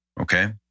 Okay